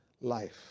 life